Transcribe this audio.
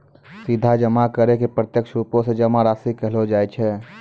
सीधा जमा करै के प्रत्यक्ष रुपो से जमा राशि कहलो जाय छै